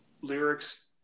lyrics